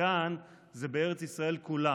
וכאן זה בארץ ישראל כולה,